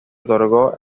otorgó